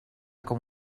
com